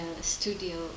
studio